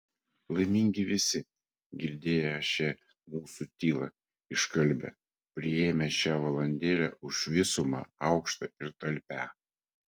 laimingi visi girdėję šią mūsų tylą iškalbią priėmę šią valandėlę už visumą aukštą ir talpią